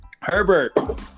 Herbert